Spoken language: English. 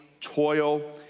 toil